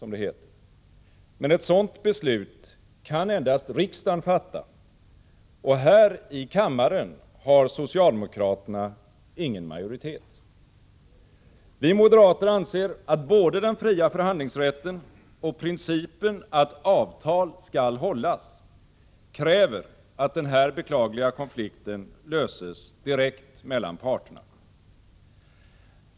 Men ett sådant beslut kan endast riksdagen fatta, och här i kammaren har socialdemokraterna ingen majoritet. Vi moderater anser att både den fria förhandlingsrätten och principen att avtal skall hållas kräver att den här beklagliga konflikten löses direkt mellan parterna.